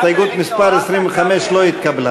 הסתייגות מס' 25 לא התקבלה.